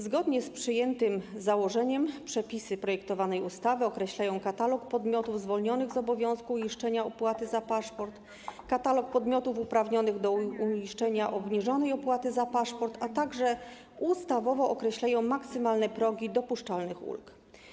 Zgodnie z przyjętym założeniem przepisy projektowanej ustawy określają katalog podmiotów zwolnionych z obowiązku uiszczenia opłaty za paszport, katalog podmiotów uprawnionych do uiszczenia obniżonej opłaty za paszport, a także ustawowo określają maksymalne progi dopuszczalnych ulg.